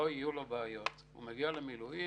מנכ"לי הממשלה מתכנסים ומחלטים לייעץ לשר הביטחון להפעיל,